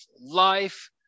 life